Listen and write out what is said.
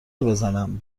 بزنم